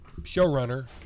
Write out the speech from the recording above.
showrunner